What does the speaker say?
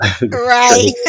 Right